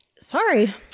sorry